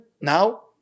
now